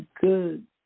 good